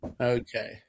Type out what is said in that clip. Okay